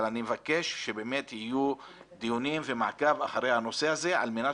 אבל אני מבקש שבאמת יהיו דיונים ומעקב אחרי הנושא הזה על מנת